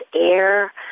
air